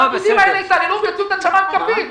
והפקידים האלה יתעללו ויוציאו את הנשמה בכפית.